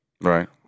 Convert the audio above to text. Right